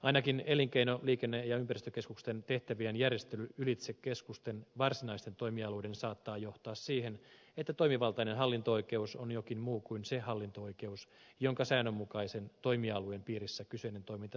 ainakin elinkeino liikenne ja ympäristökeskusten tehtävien järjestely ylitse keskusten varsinaisten toimialueiden saattaa johtaa siihen että toimivaltainen hallinto oikeus on jokin muu kuin se hallinto oikeus jonka säännönmukaisen toimialueen piirissä kyseinen toiminta sijaitsee